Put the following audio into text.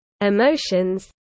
emotions